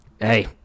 hey